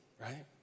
right